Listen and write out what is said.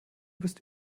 bist